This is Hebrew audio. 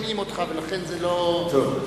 לבנון השנייה קיבלו,